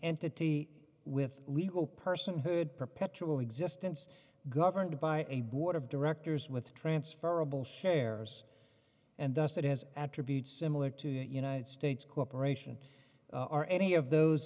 entity with legal personhood perpetual existence governed by a board of directors with transferable shares and the state has attributes similar to the united states corporation or any of those